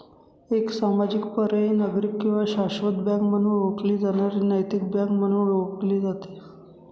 एक सामाजिक पर्यायी नागरिक किंवा शाश्वत बँक म्हणून ओळखली जाणारी नैतिक बँक म्हणून ओळखले जाते